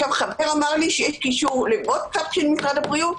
חבר אמר לי שיש קישור לוואטסאפ של משרד הבריאות.